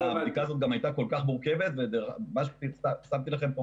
הבדיקה הזאת הייתה כל כך מורכבת ושמתי לכם כאן